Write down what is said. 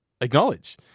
acknowledge